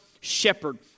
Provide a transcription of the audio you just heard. shepherd